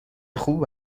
خوب